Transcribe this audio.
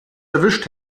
erwischt